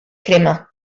crema